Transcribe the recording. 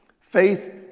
Faith